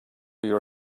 your